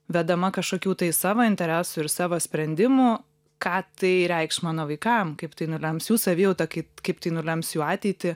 vedama kažkokių tai savo interesų ir savo sprendimų ką tai reikš mano vaikam kaip tai nulems jų savijautą kai kaip tai nulems jų ateitį